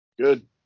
Good